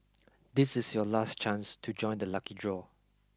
this is your last chance to join the lucky draw